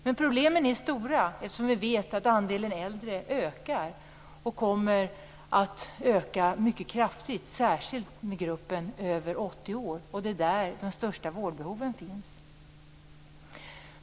Men problemen är stora, eftersom vi vet att andelen äldre ökar och kommer att öka mycket kraftigt, särskilt i gruppen över 80 år, och det är där de största vårdbehoven finns.